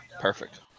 Perfect